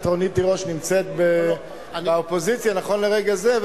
רונית תירוש נמצאת באופוזיציה נכון לרגע זה,